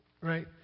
right